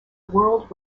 world